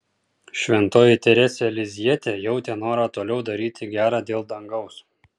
šventoji teresė lizjietė jautė norą toliau daryti gera dėl dangaus